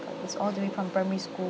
it's all the way from primary school